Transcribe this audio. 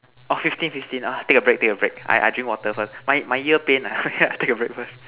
orh fifteen fifteen ah take a break take a break I I drink water first my my ear pain ah ya I take a break first